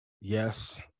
yes